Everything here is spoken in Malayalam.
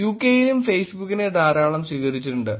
യുകെയിലും ഫേസ്ബുക്കിനെ ധാരാളം സ്വീകരിച്ചിട്ടുണ്ട്